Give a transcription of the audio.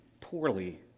poorly